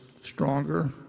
stronger